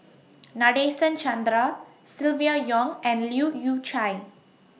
Nadasen Chandra Silvia Yong and Leu Yew Chye